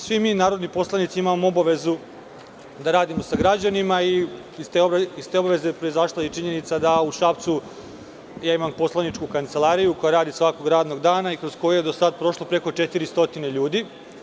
Svi mi narodni poslanici imamo obavezu da radimo sa građanima i iz te obaveze proizašla je i činjenica da u Šapcu imam poslaničku kancelariju koja radi svakog radnog dana i kroz koju je do sada prošlo preko 400 ljudi.